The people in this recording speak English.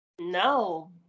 no